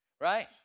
Right